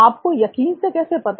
आपको यकीन से कैसे पता